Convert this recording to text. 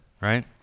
right